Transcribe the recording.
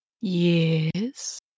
Yes